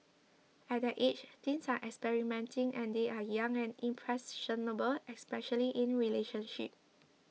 at that age teens are experimenting and they are young and impressionable especially in relationships